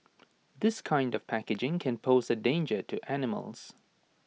this kind of packaging can pose A danger to animals